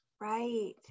Right